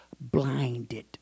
blinded